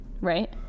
Right